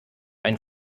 einen